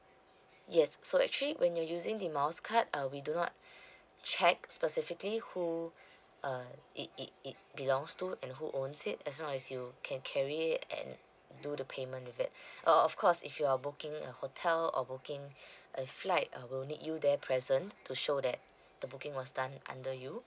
yes so actually when you're using the miles card uh we do not check specifically who uh it it it belongs to and who owns it as long as you can carry it and do the payment with it err of course if you're booking a hotel or booking a flight uh we'll need you there present to show that the booking was done under you